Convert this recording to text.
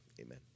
amen